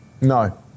No